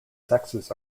sexes